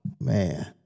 Man